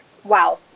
Wow